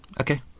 Okay